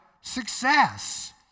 success